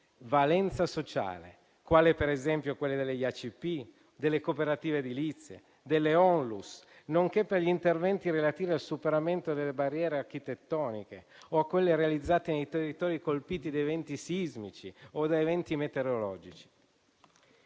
valenza sociale, quali per esempio quelli degli IACP, delle cooperative edilizie, delle ONLUS, nonché gli interventi relativi al superamento delle barriere architettoniche o quelli realizzati nei territori colpiti da eventi sismici o da eventi meteorologici.